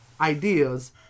ideas